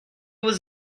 was